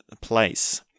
place